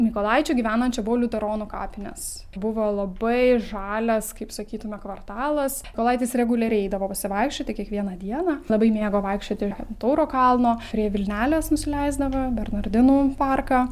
mykolaičiui gyvenant čia buvo liuteronų kapinės buvo labai žalias kaip sakytume kvartalas mikolaitis reguliariai eidavo pasivaikščioti kiekvieną dieną labai mėgo vaikščioti ant tauro kalno prie vilnelės nusileisdavo bernardinų parką